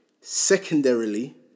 secondarily